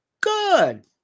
Good